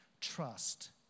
Trust